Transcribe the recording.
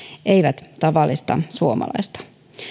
eivät tavallista suomalaista